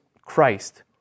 Christ